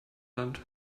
land